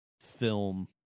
film